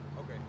Okay